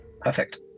Perfect